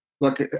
look